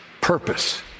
purpose